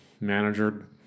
manager